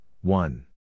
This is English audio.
one